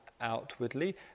outwardly